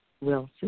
Wilson